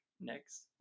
next